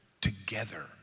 together